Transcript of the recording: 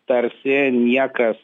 tarsi niekas